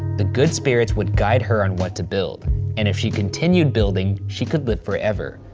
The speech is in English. the good spirits would guide her on what to build and if she continued building, she could live forever.